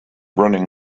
running